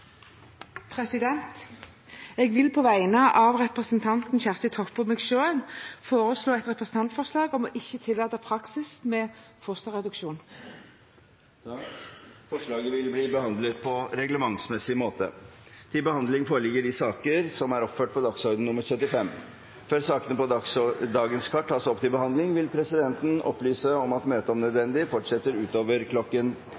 Jeg vil på vegne av representanten Kjersti Toppe og meg selv framsette et representantforslag om ikke å tillate en praksis med fosterreduksjon. Forslaget vil bli behandlet på reglementsmessig måte. Før sakene på dagens kart tas opp til behandling, vil presidenten opplyse om at møtet om